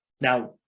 Now